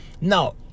Now